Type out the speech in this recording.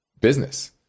business